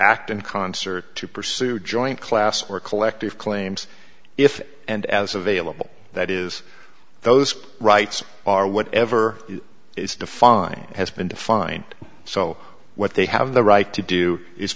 act in concert to pursue joint class or collective claims if and as available that is those rights are whatever is defined has been defined so what they have the right to do is